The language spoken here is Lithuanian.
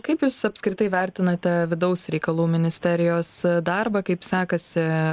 kaip jūs apskritai vertinate vidaus reikalų ministerijos darbą kaip sekasi